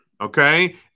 okay